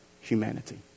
humanity